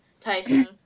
Tyson